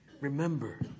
remember